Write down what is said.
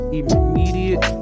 immediate